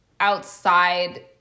outside